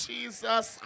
Jesus